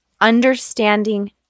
Understanding